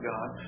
God